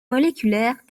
moléculaire